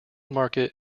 market